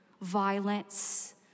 Violence